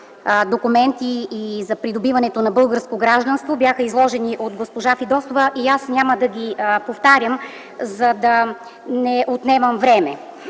документи и за придобиването на българско гражданство бяха изложени от госпожа Фидосова и аз няма да ги повтарям, за да не отнемам време.